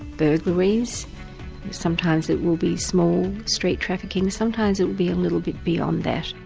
burglaries, sometimes it will be small street trafficking, sometimes it will be a little bit beyond that.